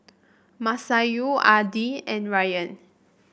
Masayu Adi and Ryan